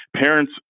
Parents